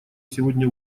сегодня